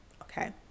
Okay